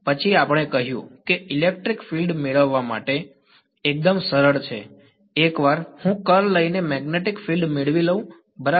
પછી આપણે કહ્યું કે ઇલેક્ટ્રિક ફિલ્ડ મેળવવા માટે એકદમ સરળ છે એકવાર હું કર્લ લઈને મેગ્નેટિક ફિલ્ડ મેળવી લઉં બરાબર